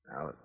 Now